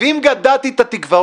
ואם גדעתי את התקווה,